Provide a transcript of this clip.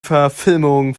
verfilmung